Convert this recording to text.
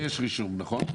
יש רישום, נכון?